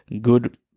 good